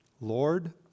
Lord